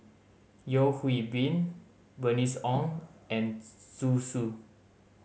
Yeo Hwee Bin Bernice Ong and Zhu Xu